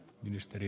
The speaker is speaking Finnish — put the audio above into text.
puhemies